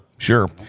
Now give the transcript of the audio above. Sure